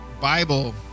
Bible